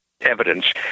evidence